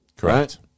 Correct